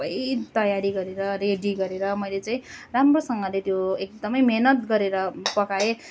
सबै तयारी गरेर रेडी गरेर मैले चाहिँ राम्रोसँगले त्यो एकदमै मेहनत गरेर पकाएँ